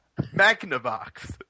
Magnavox